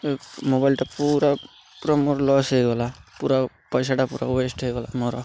ଏ ମୋବାଇଲ୍ଟା ପୁରା ପୁରା ମୋର ଲସ୍ ହେଇଗଲା ପୁରା ପଇସାଟା ପୁରା ୱେଷ୍ଟ୍ ହେଇଗଲା ମୋର